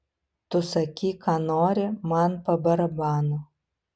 tu sakyk ką nori man pa barabanu